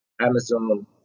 amazon